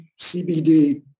CBD